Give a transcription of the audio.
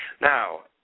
Now